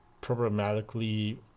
problematically